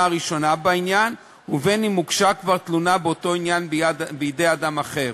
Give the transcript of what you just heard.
הראשונה בעניין ובין שהוגשה כבר תלונה באותו עניין בידי אדם אחר.